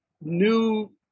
new